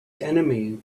enemy